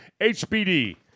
HBD